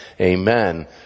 amen